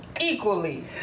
Equally